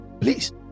please